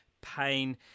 pain